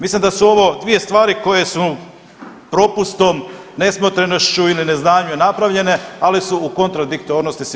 Mislim da su ovo dvije stvari koje su propustom, nesmotrenošću ili neznanjem napravljene ali su u kontradiktornosti sigurno.